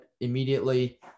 immediately